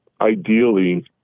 Ideally